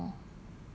I wish I had more